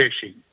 fishing